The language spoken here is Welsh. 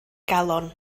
galon